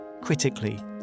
critically